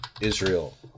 Israel